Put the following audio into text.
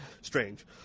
strange